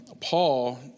Paul